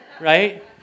right